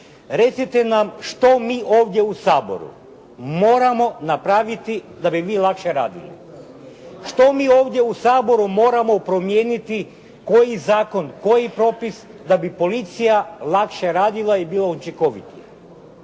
recite nam što mi ovdje u Saboru moramo napraviti da bi mi lakše radili? Što mi ovdje u Saboru moramo promijeniti, koji zakon, koji propis da bi policija lakše radila i bila učinkovita?